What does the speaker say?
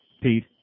Pete